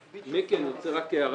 מיקי, אני רוצה רק להעיר